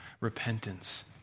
repentance